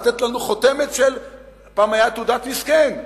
לתת לנו חותמת של "תעודת מסכן",